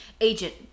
Agent